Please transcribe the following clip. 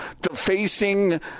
defacing